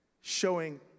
Showing